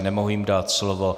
Nemohu jim dát slovo.